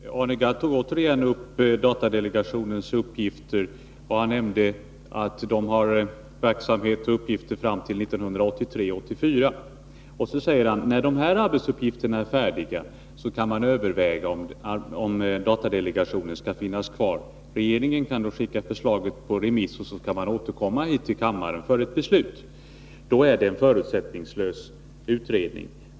Fru talman! Arne Gadd tog återigen upp datadelegationens uppgifter. Han framhåller att delegationen har uppgifter och underlag för en verksamhet fram till 1983/84, och så säger han, att när dessa arbetsuppgifter är slutförda kan man överväga om datadelegationen skall finnas kvar. Regeringen kan skicka förslaget på remiss och därefter återkomma till kammaren för ett beslut — då är det en förutsättningslös utredning.